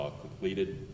completed